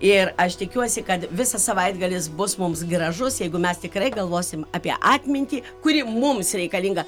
ir aš tikiuosi kad visas savaitgalis bus mums gražus jeigu mes tikrai galvosim apie atmintį kuri mums reikalinga